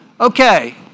Okay